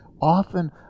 often